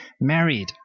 married